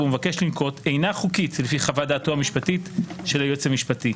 הוא מבקש לנקוט אינה חוקית לפי חוות-דעתו המשפטית של היועץ המשפטי.